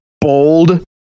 bold